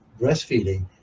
breastfeeding